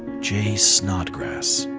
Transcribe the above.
j. snodgrass.